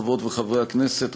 חברות וחברי הכנסת,